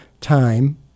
time